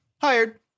Hired